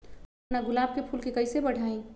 हम अपना गुलाब के फूल के कईसे बढ़ाई?